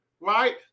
right